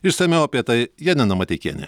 išsamiau apie tai janina mateikienė